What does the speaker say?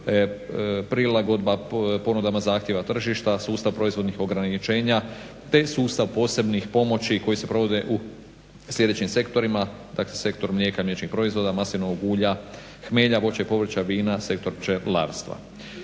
prilagodba ponudama zahtjeva tržišta, sustav proizvodnih ograničenja te sustav posebnih pomoći koji se provode u sljedećim sektorima, sektor mlijeka i mliječnih proizvoda, maslinovog ulja, hmelja, voća i povrća, vina, sektor pčelarstva.